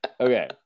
Okay